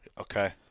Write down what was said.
Okay